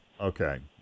Okay